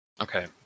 Okay